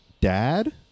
dad